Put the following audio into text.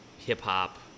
hip-hop